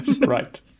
right